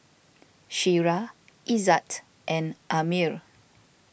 Syirah Izzat and Ammir